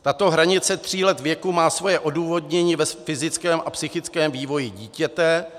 Tato hranice tří let věku má svoje odůvodnění ve fyzickém a psychickém vývoji dítěte.